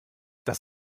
das